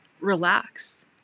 relax